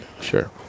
sure